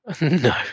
No